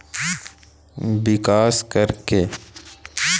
भारत में निवेश कैसे किया जा सकता है?